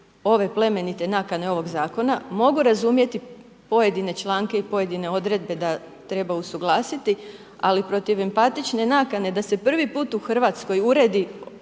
ove plemenite nakane ovoga zakona, mogu razumjeti pojedine članke i pojedine odredbe da treba usuglasiti ali protiv empatične nakane da se prvi put u Hrvatskoj uredi